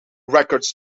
records